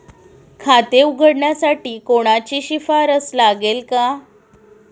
खाते उघडण्यासाठी कोणाची शिफारस लागेल का?